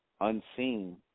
Unseen